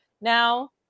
now